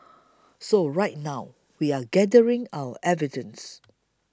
so right now we're gathering our evidence